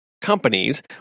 companies